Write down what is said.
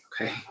okay